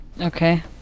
Okay